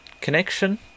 connection